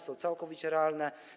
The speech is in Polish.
Są całkowicie realne.